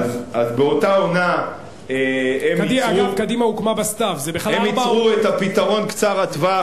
באותה עונה הם ייצרו את הפתרון קצר-הטווח